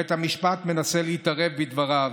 בית המשפט ניסה להתערב בדבריו,